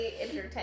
entertained